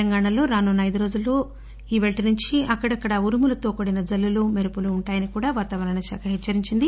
తెలంగాణలో రానున్న ఐదు రోజుల్లో ఈ రోజు నుంచి అక్కడక్కడా ఉరుములతో కూడిన జల్లులు మెరుపులు ఉంటాయని వాతావరణ శాఖ హెచ్చరించింది